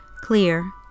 Clear